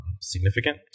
significant